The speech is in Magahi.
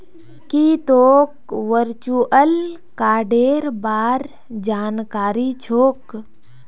की तोक वर्चुअल कार्डेर बार जानकारी छोक